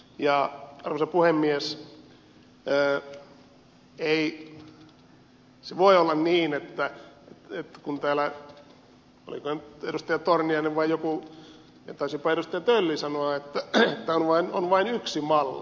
ja arvoisa puhemies ei se voi olla niin kuin täällä oliko se nyt edustaja torniainen vai joku taisipa edustaja tölli sanoa että on vain yksi malli